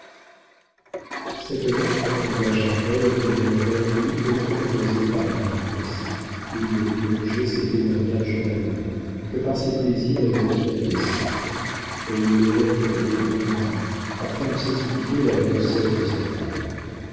cette lettre engagea paul dans une rêverie autant causée par l'ivresse où le plongeaient ces témoignages d'amour que par ses plaisirs évoqués à dessein et il les reprenait un à un afin de s'expliquer la grossesse de sa femme